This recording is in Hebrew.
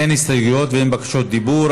אין הסתייגויות ואין בקשות דיבור.